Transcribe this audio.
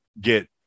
get